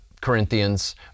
Corinthians